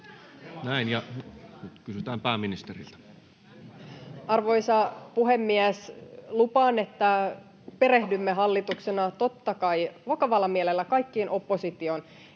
Näin. — Nyt kysytään pääministeriltä. Arvoisa puhemies! Lupaan, että perehdymme hallituksena, totta kai, vakavalla mielellä kaikkiin opposition